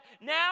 now